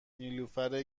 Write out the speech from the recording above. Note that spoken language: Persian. نیلوفر